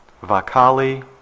Vakali